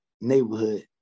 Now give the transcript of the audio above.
neighborhood